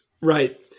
Right